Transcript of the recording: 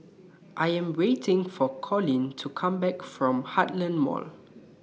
I Am waiting For Coleen to Come Back from Heartland Mall